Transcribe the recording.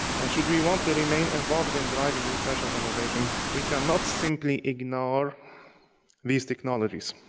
and should we want to remain involved in driving research and innovation, we cannot simply ignore these technologies,